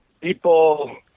people